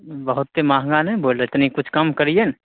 बहुते महॅंगा नहि बोलो तनी किछु कम करियै ने